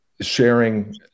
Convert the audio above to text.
sharing